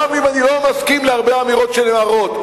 גם אם אני לא מסכים להרבה אמירות שנאמרות.